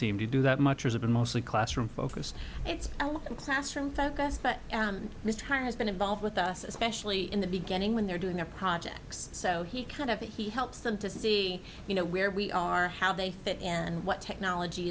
team to do that much has been mostly classroom focused it's classroom focused but this time has been involved with us especially in the beginning when they're doing their projects so he kind of he helps them to see you know where we are how they fit and what technology